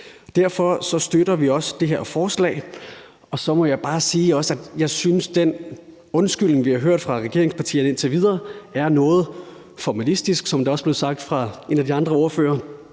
Derfor støtter vi også det her forslag. Så må jeg også bare sige, at jeg synes, den undskyldning, vi har hørt fra regeringspartierne indtil videre, er noget formalistisk, som det også blev sagt af en af de andre ordførere,